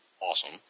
awesome